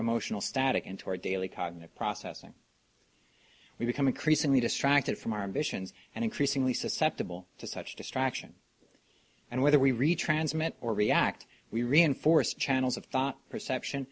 emotional static in toward daily cognitive processing we become increasingly distracted from our ambitions and increasingly susceptible to such distraction and whether we retransmit or react we reinforce channels of thought perception